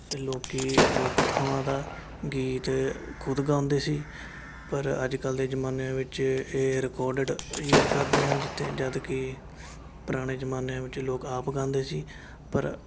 ਲੋਕ ਲੋਕ ਕਥਾਵਾਂ ਦਾ ਗੀਤ ਖੁਦ ਗਾਉਂਦੇ ਸੀ ਪਰ ਅੱਜ ਕੱਲ੍ਹ ਦੇ ਜ਼ਮਾਨੇ ਵਿੱਚ ਇਹ ਰਿਕੋਡਿਡ ਯੂਜ ਕਰਦੇ ਹਨ ਜਿੱਥੇ ਜਦ ਕਿ ਪੁਰਾਣੇ ਜ਼ਮਾਨਿਆਂ ਵਿੱਚ ਲੋਕ ਆਪ ਗਾਉਂਦੇ ਸੀ ਪਰ